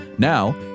Now